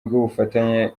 rw’ubufatanye